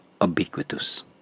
ubiquitous